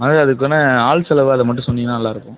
முதல்ல அதுக்கான ஆள் செலவு அதை மட்டும் சொன்னிங்கனா நல்லாயிருக்கும்